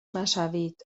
مشوید